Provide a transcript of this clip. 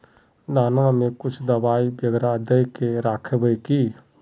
दाना में कुछ दबाई बेगरा दय के राखबे की?